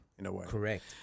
correct